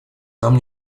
нам